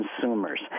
consumers